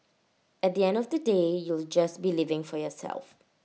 at the end of the day you'll just be living for yourself